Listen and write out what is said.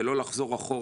ולא לחזור אחורה,